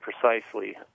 precisely